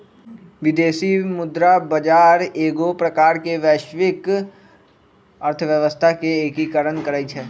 विदेशी मुद्रा बजार एगो प्रकार से वैश्विक अर्थव्यवस्था के एकीकरण करइ छै